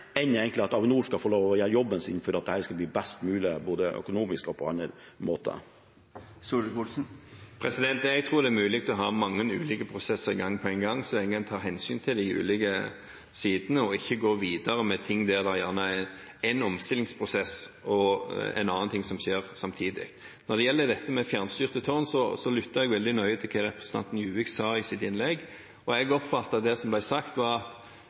enn av at Avinor skal få lov til å gjøre jobben sin, slik at dette skal bli best mulig, både økonomisk og på andre måter. Jeg tror det er mulig å ha mange ulike prosesser i gang på en gang, så lenge en tar hensyn til de ulike sidene – og ikke går videre med ting der det er en omstillingsprosess og annet som skjer samtidig. Når det gjelder dette med fjernstyrte tårn, lyttet jeg veldig nøye til hva representanten Juvik sa i sitt innlegg. Jeg oppfattet at det som ble sagt, var at